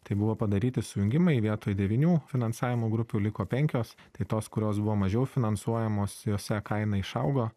tai buvo padaryti sujungimai vietoj devynių finansavimo grupių liko penkios tai tos kurios buvo mažiau finansuojamos jose kaina išaugo